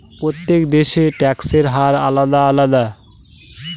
প্রত্যেক দেশের ট্যাক্সের হার আলাদা আলাদা